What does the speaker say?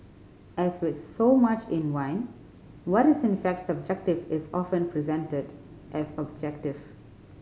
as with so much in wine what is in fact subjective is often presented as objective